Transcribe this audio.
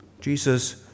Jesus